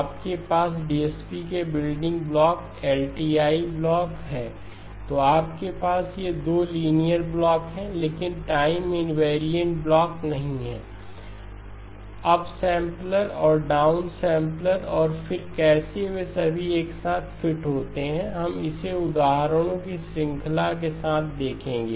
आपके पास डीएसपी के बिल्डिंग ब्लॉक एलटीआई ब्लॉक हैं तो आपके पास ये 2 लीनियरन्ब्लॉक हैं लेकिन टाइम इनवेरिएंट ब्लॉक नहीं हैं अपसैंपलर और डाउनसैंपलर और फिर कैसे वे सभी एक साथ फिट होते हैं हम इसे उदाहरणों की श्रृंखला के साथ देखेंगे